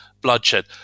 bloodshed